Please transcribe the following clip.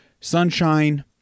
sunshine